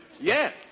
Yes